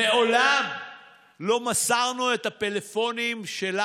את איכוני השב"כ צריך לבטל.